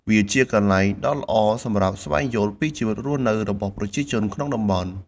វាជាកន្លែងដ៏ល្អសម្រាប់ស្វែងយល់ពីជីវិតរស់នៅរបស់ប្រជាជនក្នុងតំបន់នោះ។